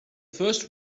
first